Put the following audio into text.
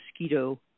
mosquito